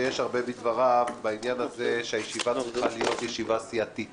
יש הרבה בדבריו בעניין הזה שהישיבה צריכה להיות ישיבה סיעתית